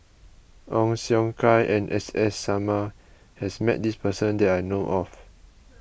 Ong Siong Kai and S S Sarma has met this person that I know of